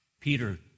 Peter